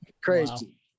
crazy